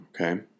Okay